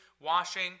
washing